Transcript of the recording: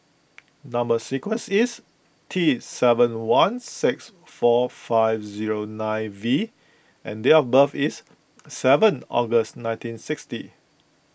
Number Sequence is T seven one six four five zero nine V and date of birth is seven August nineteen sixty